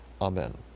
amen